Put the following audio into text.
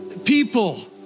People